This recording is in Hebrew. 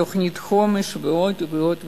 תוכנית חומש, ועוד ועוד ועוד.